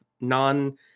non